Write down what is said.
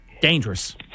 Dangerous